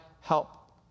help